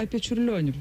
apie čiurlionį